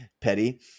petty